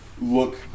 look